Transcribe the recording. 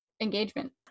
engagement